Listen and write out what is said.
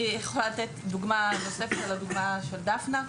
אני יכולה לתת דוגמה נוספת על הדוגמה של דפנה.